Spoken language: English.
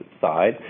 side